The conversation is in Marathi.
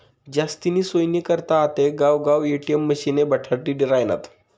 जास्तीनी सोयनी करता आते गावगाव ए.टी.एम मशिने बठाडी रायनात